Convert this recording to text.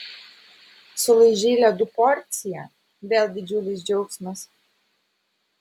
sulaižei ledų porciją vėl didžiulis džiaugsmas